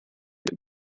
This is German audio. dem